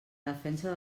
defensa